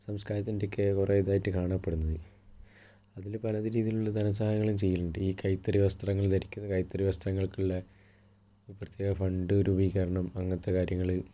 സംസ്കാരത്തിൻ്റെയൊക്കെ കുറെ ഇതായിട്ട് കാണപ്പെടുന്നത് അതില് പല രീതിയിലുമുള്ള ധനസഹായങ്ങളും ചെയ്യലുണ്ട് ഈ കൈത്തറി വസ്ത്രങ്ങൾ ധരിക്കുന്നതും കൈത്തറി വസ്ത്രങ്ങൾക്കുള്ള പ്രത്യേക ഫണ്ട് രൂപീകരണം അങ്ങനത്തെ കാര്യങ്ങള്